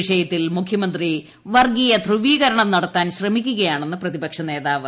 വിഷയത്തിൽ മുഖ്യമന്ത്രി വർഗ്ഗീയ ധ്രുവീകരണം നടത്താൻ ശ്രമിയ്ക്കുകയാണെന്ന് പ്രതിപക്ഷ നേതാവ്